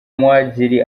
muhadjili